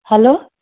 hello